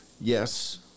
Yes